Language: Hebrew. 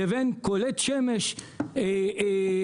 לבין קולט שמש פוטו-וולטאי,